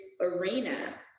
arena